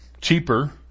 cheaper